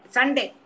Sunday